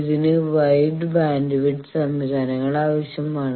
ഇതിന് wide bandwidth സംവിധാനങ്ങൾ ആവശ്യമാണ്